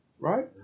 Right